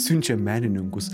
siunčiam menininkus